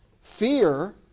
Fear